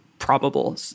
probable